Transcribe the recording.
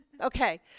Okay